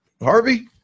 Harvey